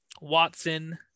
Watson